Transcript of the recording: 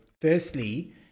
firstly